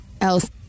else